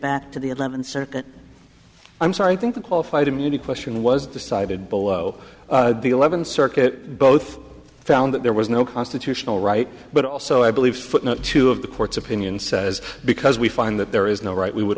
back to the eleventh circuit i'm sorry i think the qualified immunity question was decided below the eleventh circuit both found that there was no constitutional right but also i believe footnote two of the court's opinion says because we find that there is no right we would